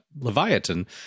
Leviathan